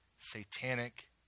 satanic